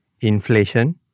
inflation